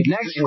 Next